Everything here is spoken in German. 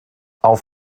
auf